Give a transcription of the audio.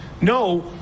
No